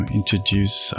introduce